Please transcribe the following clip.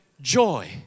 joy